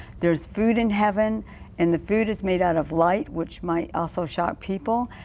there is food in heaven and the food is made out of light which might also shock people.